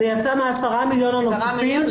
זה יצא מה-10 מיליון הנוספים,